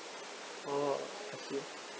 orh okay